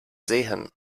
sehen